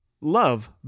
Love